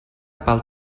pel